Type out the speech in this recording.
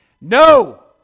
No